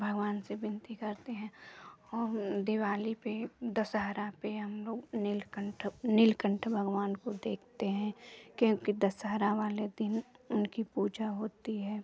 भगवान से विनती करते हैं और दिवाली पे दसहरा पे हम लोग नीलकंठ नीलकंठ भगवान को देखते हैं क्योंकि दसहरा वाले दिन उनकी पूजा होती है